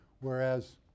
whereas